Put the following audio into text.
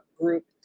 group